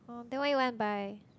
then why you want buy